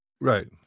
Right